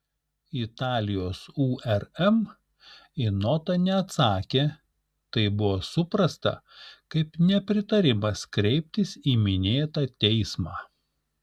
italijos urm į notą neatsakė tai buvo suprasta kaip nepritarimas kreiptis į minėtą teismą